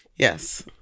Yes